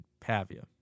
Pavia